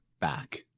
back